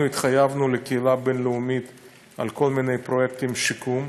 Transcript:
אנחנו התחייבנו לקהילה הבין-לאומית על כל מיני פרויקטים של שיקום,